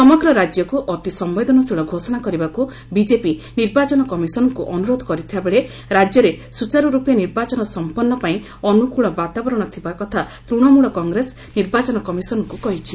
ସମଗ୍ର ରାଜ୍ୟକୁ ଅତି ସମ୍ଭେଦନଶୀଳ ସ୍କୋଷଣା କରିବାକୁ ବିଜେପି ନିର୍ବାଚନ କମିଶନଙ୍କୁ ଅନୁରୋଧ କରିଥିବାବେଳେ ରାଜ୍ୟରେ ସୁଚାରୁର୍ପେ ନିର୍ବାଚନ ସମ୍ପନ୍ନ ପାଇଁ ଅନୁକୁତ ବାତାବରଣ ଥିବା କଥା ତୃଶମଳ କଂଗ୍ରେସ ନିର୍ବାଚନ କମିଶନଙ୍କୁ କହିଛି